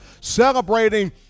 Celebrating